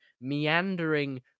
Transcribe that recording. meandering